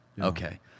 okay